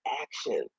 action